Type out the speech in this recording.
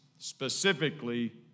Specifically